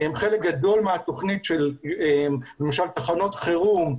והם חלק גדול מהתוכנית של תחנות חירום,